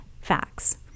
facts